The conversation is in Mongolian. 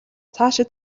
цаашид